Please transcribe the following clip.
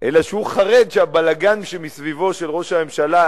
אלא שהוא חרד שהבלגן שמסביב ראש הממשלה,